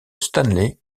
stanley